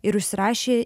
ir užsirašė